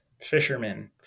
fishermen